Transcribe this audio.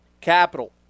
capital